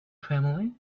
family